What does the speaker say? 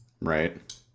right